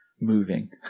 moving